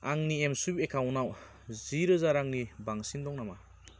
आंनि एमस्वाइप एकाउन्टाव जि रोजा रांनि बांसिन दं नामा